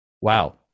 Wow